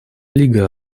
лига